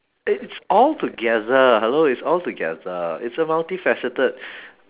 it's altogether hello it's altogether it's a multi faceted